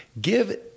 give